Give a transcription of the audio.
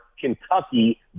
Kentucky